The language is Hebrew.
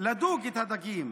לדוג את הדגים.